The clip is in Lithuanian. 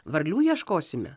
varlių ieškosime